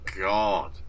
God